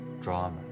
drama